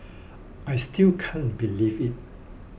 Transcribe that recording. I still can't believe it